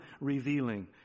revealing